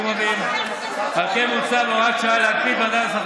על כן מוצע בהוראת שעה להקפיא את מדד השכר